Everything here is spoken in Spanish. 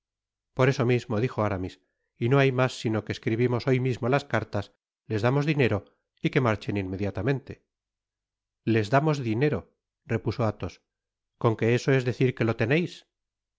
por eso mismo dijo aramis y no hay mas sino que escribimos hoy mismo las cartas les damos dinero y que marchen inmediatamente les damos dinero repuso athos con que eso es decir que lo teneis